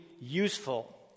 useful